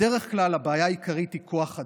בדרך כלל הבעיה העיקרית היא כוח אדם.